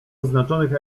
oznaczonych